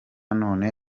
none